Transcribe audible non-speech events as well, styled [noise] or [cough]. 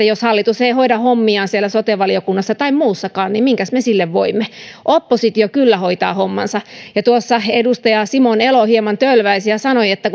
[unintelligible] jos hallitus ei hoida hommiaan siellä sote valiokunnassa tai muussakaan niin minkäs me sille voimme oppositio kyllä hoitaa hommansa tuossa edustaja simon elo hieman tölväisi ja sanoi että [unintelligible]